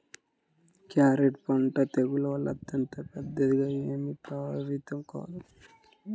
carrot పంట తెగుళ్ల వల్ల అంత పెద్దగా ఏమీ ప్రభావితం కాదు